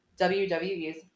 WWE's